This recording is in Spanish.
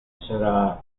será